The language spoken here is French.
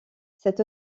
cet